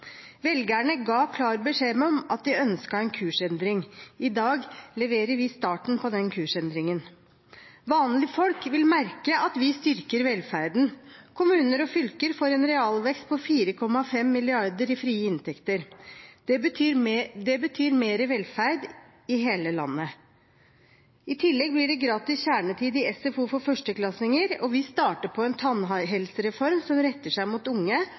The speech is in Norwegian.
Velgerne ga klar beskjed om at de ønsket en kursendring. I dag leverer vi starten på den kursendringen. Vanlige folk vil merke at vi styrker velferden. Kommuner og fylker får en realvekst på 4,5 mrd. kr i frie inntekter. Det betyr mer i velferd i hele landet. I tillegg blir det gratis kjernetid i SFO for førsteklassinger, og vi starter på en tannhelsereform som retter seg mot unge